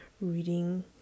Reading